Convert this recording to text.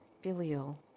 filial